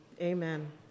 Amen